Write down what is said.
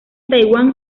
taiwán